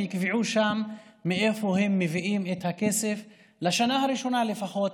ויקבעו שם מאיפה הם מביאים את הכסף לשנה הראשונה לפחות,